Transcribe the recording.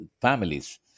families